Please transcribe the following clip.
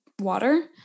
water